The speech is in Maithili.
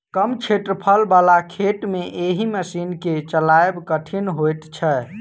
कम क्षेत्रफल बला खेत मे एहि मशीन के चलायब कठिन होइत छै